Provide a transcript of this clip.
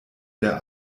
der